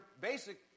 basic